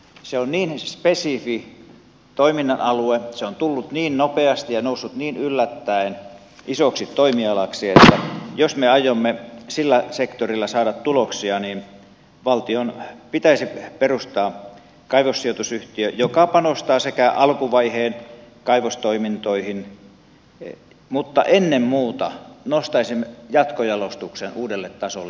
se on niin spesifi toiminnan alue se on tullut niin nopeasti ja noussut niin yllättäen isoksi toimialaksi että jos me aiomme sillä sektorilla saada tuloksia niin valtion pitäisi perustaa kaivossijoitusyhtiö joka panostaa alkuvaiheen kaivostoimintoihin mutta ennen muuta nostaisin jatkojalostuksen uudelle tasolle suomessa